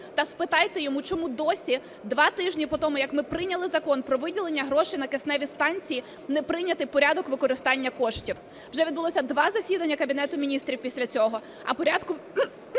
та спитайте його, чому досі, два тижні потому, як ми прийняли закон про виділення грошей на кисневі станції, не прийнятий порядок використання коштів? Вже відбулося два засідання Кабінету Міністрів після цього, а порядку